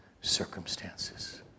circumstances